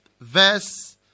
verse